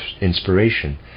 inspiration